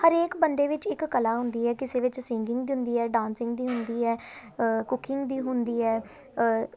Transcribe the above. ਹਰੇਕ ਬੰਦੇ ਵਿੱਚ ਇੱਕ ਕਲਾ ਹੁੰਦੀ ਹੈ ਕਿਸੇ ਵਿੱਚ ਸਿੰਗਿੰਗ ਦੀ ਹੁੰਦੀ ਹੈ ਡਾਂਸਿੰਗ ਦੀ ਹੁੰਦੀ ਹੈ ਕੁਕਿੰਗ ਦੀ ਹੁੰਦੀ ਹੈ